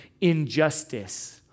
injustice